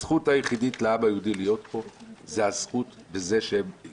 הזכות היחידה לעם היהודי להיות פה היא שהם יהודים